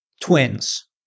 twins